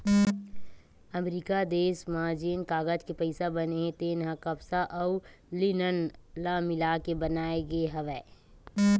अमरिका देस म जेन कागज के पइसा बने हे तेन ह कपसा अउ लिनन ल मिलाके बनाए गे हवय